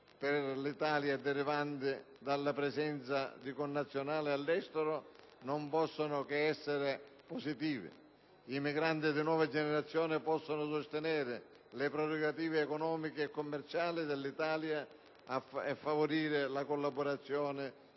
per l'Italia derivanti dalla presenza di connazionali all'estero non possono che essere positive: i migranti di nuova generazione possono sostenere le prerogative economiche e commerciali dell'Italia e favorire la collocazione